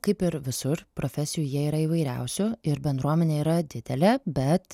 kaip ir visur profesijų jie yra įvairiausių ir bendruomenė yra didelė bet